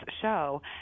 show